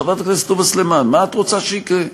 חברת הכנסת תומא סלימאן: מה את רוצה שיקרה?